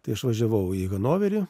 tai aš važiavau į hanoverį